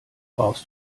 brauchst